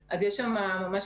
האחרון,